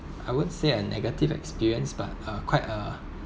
I won't say a negative experience but uh quite a